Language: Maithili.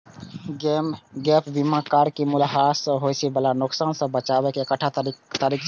गैप बीमा कार के मूल्यह्रास सं होय बला नुकसान सं बचाबै के एकटा तरीका छियै